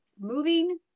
moving